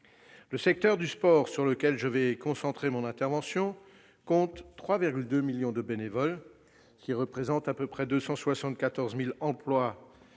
Le secteur du sport, sur lequel je vais concentrer mon intervention, compte 3,2 millions de bénévoles, ce qui représente environ 274 000